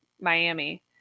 Miami